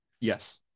Yes